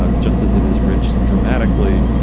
ah just as it is rich dramatically.